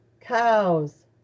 cows